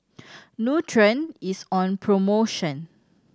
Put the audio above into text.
nutren is on promotion